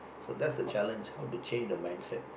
so that's the challenge how to change the mindset